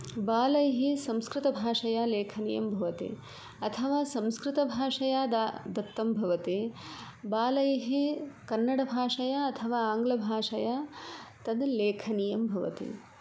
बालैः संस्कृतभाषया लेखनीयं भवति अथवा संस्कृतभाषया दत्तं भवति बालैः कन्नडभाषया अथवा आंग्लभाषया तद् लेखनीयं भवति